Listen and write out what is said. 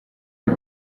y’u